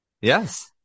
Yes